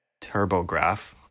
Turbograph